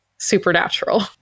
Supernatural